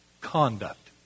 conduct